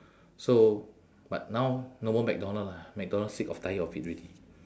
so but now no more mcdonald lah mcdonald sick of tired of it already